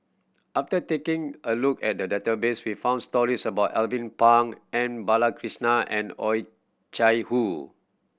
after taking a look at the database we found stories about Alvin Pang M Balakrishnan and Oh Chai Hoo